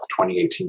2018